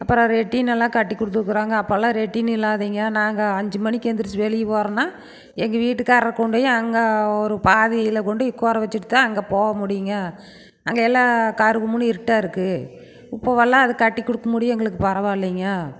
அப்புறம் லெட்டினெலாம் கட்டி கொடுத்துருக்றாங்க அப்பெலாம் லெட்டின் இல்லாதைங்க நாங்கள் அஞ்சு மணிக்கு எழுந்துருச்சி வெளியே போகிறோம்னா எங்கள் வீட்டுகாரர் கொண்டேயி அங்கே ஒரு பாதியில் கொண்டு உட்கார வச்சுட்டுதான் அங்கே போக முடியும்ங்க அங்கயெலாம் கருகும்மெனு இருட்டாக இருக்கும் இப்பவெலாம் அது கட்டி கொடுக்க முடியும் எங்களுக்கு பரவாயில்லீங்க